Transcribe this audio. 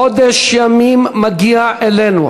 אחרי חודש ימים מגיע אלינו.